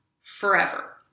forever